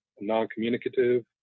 non-communicative